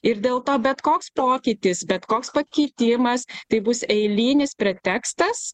ir dėl to bet koks pokytis bet koks pakeitimas tai bus eilinis pretekstas